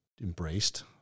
embraced